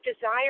desire